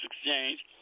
exchange